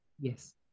yes